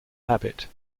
habit